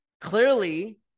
clearly